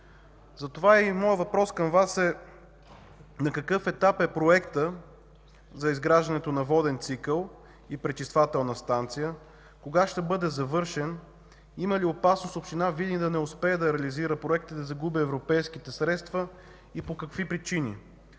Затова моят въпрос към Вас е – на какъв етап е Проектът за изграждането на Воден цикъл и пречиствателна станция? Кога ще бъде завършен? Има ли опасност община Видин да не успее да реализира проекта и да загуби европейските средства и по какви причини?